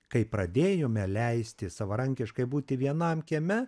kai pradėjome leisti savarankiškai būti vienam kieme